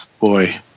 boy